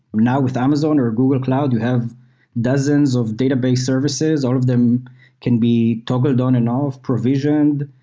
now with amazon or google cloud, you have dozens of database services, all of them can be toggled on and off, provisioned,